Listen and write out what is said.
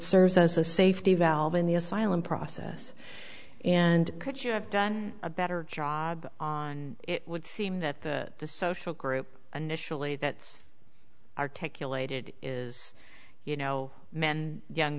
serves as a safety valve in the asylum process and could you have done a better job on it would seem that the social group initially that's articulated is you know men young